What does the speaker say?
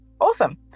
Awesome